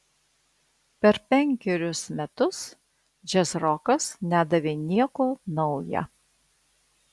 per penkerius metus džiazrokas nedavė nieko nauja